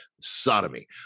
sodomy